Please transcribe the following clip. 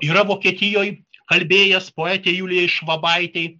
yra vokietijoj kalbėjęs poetei julijai švabaitei